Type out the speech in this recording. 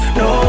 no